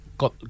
got